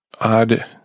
odd